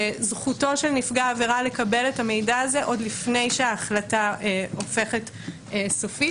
זכותו של נפגע עבירה לקבל את המידע הזה עוד לפני שההחלטה הופכת סופית,